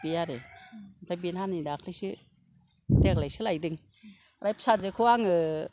बे आरो आमफ्राय बेहा नै दाख्लैसो देग्लायसो लायदों आमफ्राय फिसाजोखौ आङो